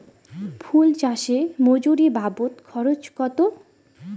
ফুল চাষে মজুরি বাবদ খরচ কত?